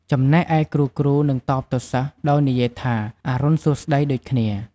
ចំណែកឯគ្រូៗនឹងតបទៅសិស្សដោយនិយាយថា "អរុណសួស្តី" ដូចគ្នា។